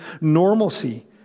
normalcy